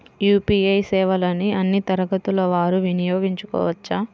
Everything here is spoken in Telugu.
యూ.పీ.ఐ సేవలని అన్నీ తరగతుల వారు వినయోగించుకోవచ్చా?